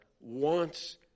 wants